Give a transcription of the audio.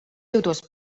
jūtos